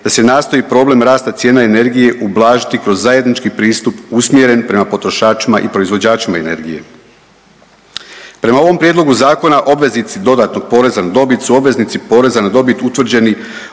da se nastoji problem rasta cijena energije ublažiti kroz zajednički pristup usmjeren prema potrošačima i proizvođačima energije. Prema ovom Prijedlogu zakona obveznici dodatnog poreza na dobit su obveznici poreza na dobit utvrđeni